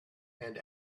and